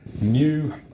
New